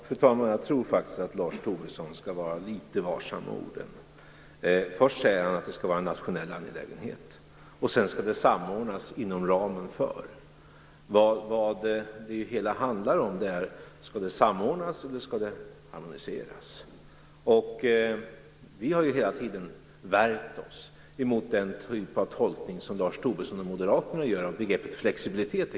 Fru talman! Jag tror faktiskt att Lars Tobisson skall vara litet varsam med orden. Först säger han att det skall vara en nationell angelägenhet, och sedan skall detta samordnas "inom ramen för". Det hela handlar ju om detta: Skall det samordnas eller skall det analyseras? Vi har hela tiden värjt oss emot den typ av tolkning som Lars Tobisson och Moderaterna gör av exempelvis begreppet flexibilitet.